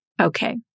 Okay